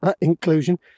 inclusion